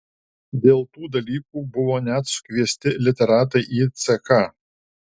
dėl tų dalykų buvo net sukviesti literatai į ck